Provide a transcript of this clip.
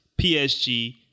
PSG